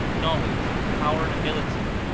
knowledge, power and ability,